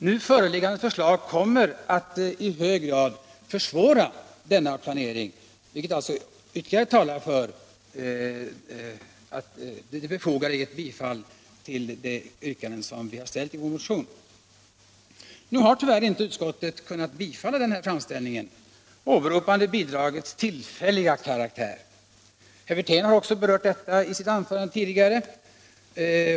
Nu föreliggande förslag kommer att i hög grad försvåra denna planering, vilket ytterligare talar för det befogade i ett bifall till yrkandena i vår motion. Nu har tyvärr utskottet inte kunnat bifalla dessa framställningar. Man har åberopat bidragets tillfälliga karaktär. Herr Wirtén har också berört detta i sitt anförande tidigare.